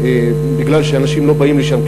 בגלל שאנשים לא באים לשם,